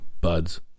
buds